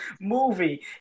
movie